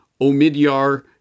Omidyar